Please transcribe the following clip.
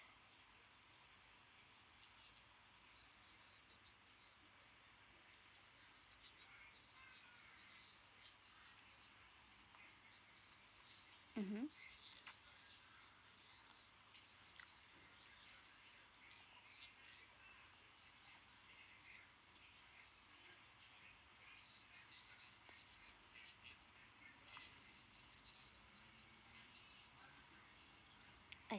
mmhmm I